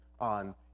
on